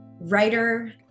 Writer